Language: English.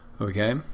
Okay